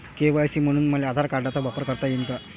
KYC म्हनून मले आधार कार्डाचा वापर करता येईन का?